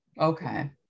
Okay